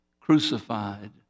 crucified